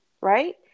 right